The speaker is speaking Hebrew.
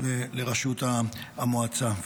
לראשות המועצה.